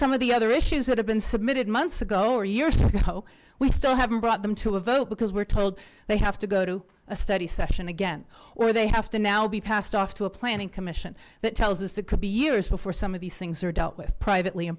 some of the other issues that have been submitted months ago or years ago we still haven't brought them to a vote because we're told they have to go to a study session again where they have to now be passed off to a planning commission that tells us it could be years before some of these things are dealt with privately